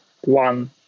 one